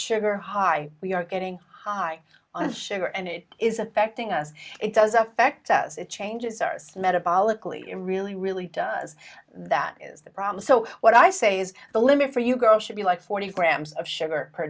sugar high we are getting high on the sugar and it is affecting us it does affect us it changes our metabolically it really really does that is the problem so what i say is the limit for you girl should be like forty grams of sugar per